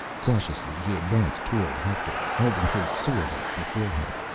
cautiously he advanced toward hector, holding his sword out before him.